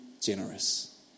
generous